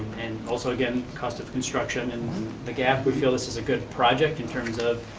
and, also again, cost of construction, and the gap, we feel this is a good project in terms of,